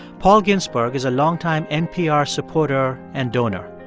paul ginsberg is a longtime npr supporter and donor.